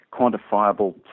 quantifiable